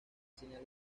señales